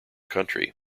country